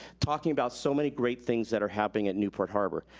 talking about so many great things that are happening at newport harbor,